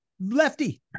lefty